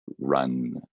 run